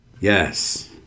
Yes